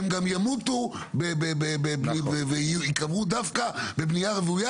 הם גם ימותו וייקברו דווקא בבנייה רוויה